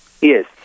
Yes